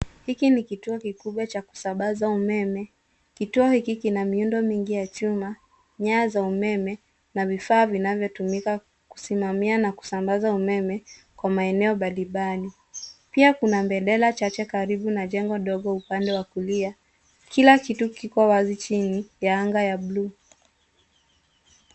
Hiki ni kituo kikubwa cha kusambaza umeme. Kituo hiki kinamiundo mingi ya chuma, nyaya za umeme na vifaa vinavyotumika kusimamia na kusambaza umeme kwa maeneo mbalimbali, pia kunabendera chache karibu na jengo dogo upande wa kulia, kila kitu kikowazi chini ya anga ya bluu.